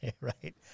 Right